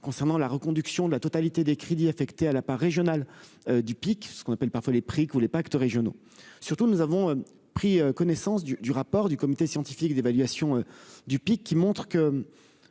concernant la reconduction de la totalité des crédits affectés à la part régionale du pic, ce qu'on appelle parfois les prix que vous les pactes régionaux, surtout, nous avons pris connaissance du du rapport du comité scientifique d'évaluation du pic qui montre que